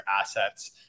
assets